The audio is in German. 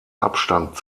abstand